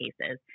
cases